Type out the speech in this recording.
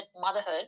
motherhood